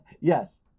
Yes